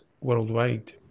worldwide